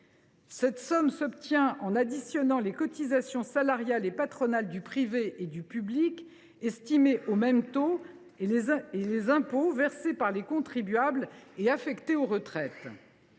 Cette somme s’obtient en additionnant les cotisations salariales et patronales du privé et du public, estimées au même taux, et les impôts versés par les contribuables et affectés aux retraites.